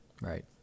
Right